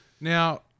Now